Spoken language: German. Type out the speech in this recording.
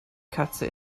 katze